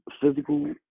physical